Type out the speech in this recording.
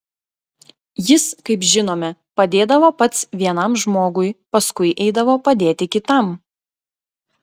jis kaip žinome padėdavo pats vienam žmogui paskui eidavo padėti kitam